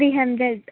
three hundred